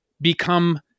become